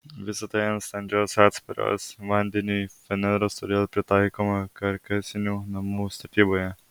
visa tai ant standžios atsparios vandeniui faneros todėl pritaikoma karkasinių namų statyboje